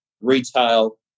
retail